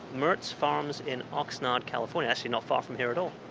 marz farms in oxnard, calif. and actually not far from here at all.